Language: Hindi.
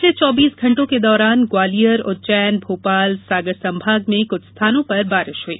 पिछले चौबीस घण्टों के दौरान ग्वालियर उज्जैन भोपाल सागर संभाग में कुछ स्थानों पर बारिश हुई